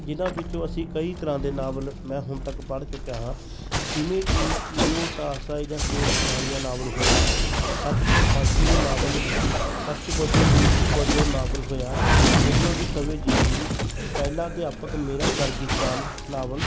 ਜਿਨ੍ਹਾਂ ਵਿੱਚੋਂ ਅਸੀਂ ਕਈ ਤਰ੍ਹਾਂ ਦੇ ਨਾਵਲ ਮੈਂ ਹੁਣ ਤੱਕ ਪੜ੍ਹ ਚੁੱਕਿਆ ਹਾਂ ਜਿਵੇਂ ਕਿ ਲਿਓਟਾਸਾ ਜਾਂ ਸ੍ਰੇਸ਼ਠ ਕਹਾਣੀਆਂ ਨਾਵਲ ਹੋਇਆ ਸੱਚ 'ਤੇ ਫਾਂਸੀ ਨੂੰ ਨਾਵਲ ਸੱਚ ਬੋਲੋ ਜ਼ਿੰਦਗੀ ਬਦਲੋ ਨਾਵਲ ਹੋਇਆ ਹਿਟਲਰ ਦੀ ਸਵੈ ਜੀਵਨੀ ਪਹਿਲਾ ਅਧਿਆਪਕ ਮੇਰਾ ਦਰਗਿਸਤਾਨ ਨਾਵਲ